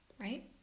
right